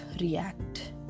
react